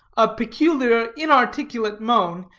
a peculiar inarticulate moan,